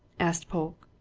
asked polke.